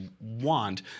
want